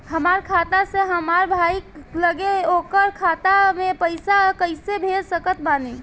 हमार खाता से हमार भाई लगे ओकर खाता मे पईसा कईसे भेज सकत बानी?